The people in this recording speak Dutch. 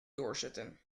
doorzetten